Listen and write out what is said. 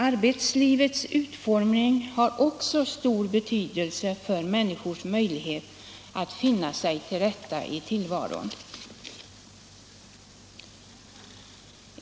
Arbetslivets utformning har också stor betydelse för människors möjlighet att finna sig till rätta i tillvaron.